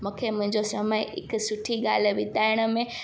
मूंखे मुंहिंजो समय हिकु सुठी ॻाल्हि बिताइण में